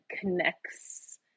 connects